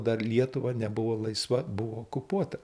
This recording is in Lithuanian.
dar lietuva nebuvo laisva buvo okupuota